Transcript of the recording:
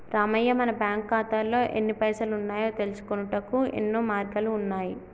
రామయ్య మన బ్యాంకు ఖాతాల్లో ఎన్ని పైసలు ఉన్నాయో తెలుసుకొనుటకు యెన్నో మార్గాలు ఉన్నాయి